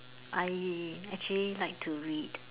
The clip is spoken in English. I actually like to read